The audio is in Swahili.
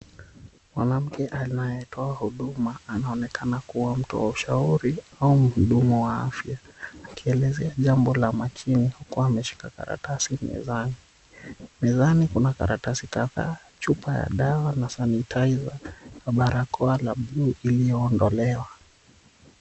Mwanamke anayetoa huduma anaonekana kuwa mtoa ushauri au muhuduma wa afya akielezea jambo la makini huku ameshika karatasi mezani. Mezani kuna karatasi kadhaa, chupa ya dawa na sanitizer na barakoa la buluu iliyoondolewa.